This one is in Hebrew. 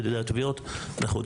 בין אם על ידי התביעות,